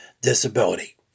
disability